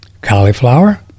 cauliflower